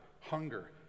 hunger